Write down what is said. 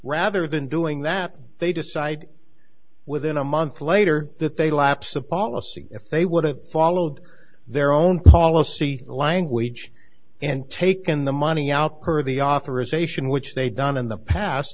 rather than doing that they decide within a month later that they lapse of policy if they would have followed their own policy language and taken the money out per the authorization which they done in the past